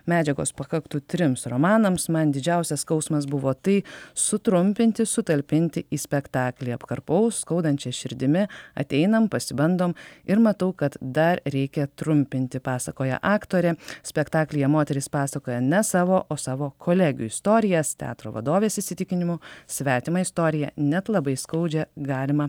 medžiagos pakaktų trims romanams man didžiausias skausmas buvo tai sutrumpinti sutalpinti į spektaklį apkarpau skaudančia širdimi ateinam pasibandom ir matau kad dar reikia trumpinti pasakoja aktorė spektaklyje moteris pasakoja ne savo o savo kolegių istorijas teatro vadovės įsitikinimu svetimą istoriją net labai skaudžią galima